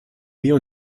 mir